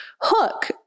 hook